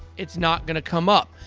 it's not going to come up.